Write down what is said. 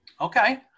Okay